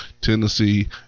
Tennessee